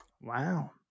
Wow